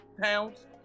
pounds